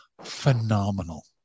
phenomenal